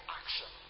action